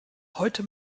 heute